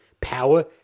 power